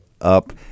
up